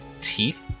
teeth